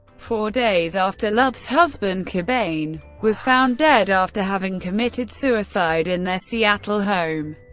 four days after love's husband, cobain, was found dead after having committed suicide in their seattle home.